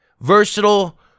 versatile